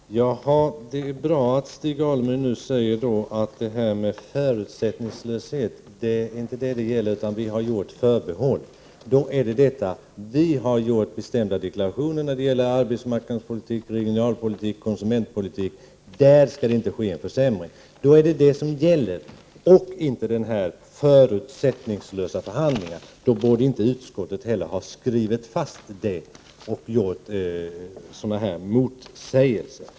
Fru talman! Det är bra att Stig Alemyr nu säger att det inte är fråga om förutsättningslösa förhandlingar utan att man har gjort förbehåll: Vi har gjort en bestämd deklaration när det gäller arbetsmarknadspolitik, regionalpolitik och konsumentpolitik. Där skall det inte bli någon försämring. Då är det alltså detta som gäller och inte förutsättningslösa förhandlingar. Men då borde inte heller utskottet ha skrivit det och framfört sådana här motsägelser.